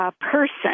person